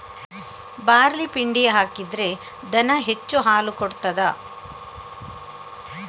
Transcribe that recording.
Barley ಪಿಂಡಿ ಹಾಕಿದ್ರೆ ದನ ಹೆಚ್ಚು ಹಾಲು ಕೊಡ್ತಾದ?